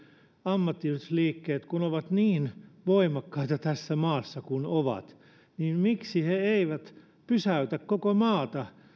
ammattiyhdistysliikkeet kun ovat niin voimakkaita tässä maassa kuin ovat eivät pysäytä koko maata